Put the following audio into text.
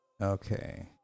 Okay